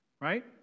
Right